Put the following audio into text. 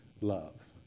love